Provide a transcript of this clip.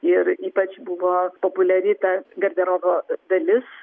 ir ypač buvo populiari ta garderobo dalis